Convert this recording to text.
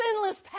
sinless